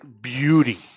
beauty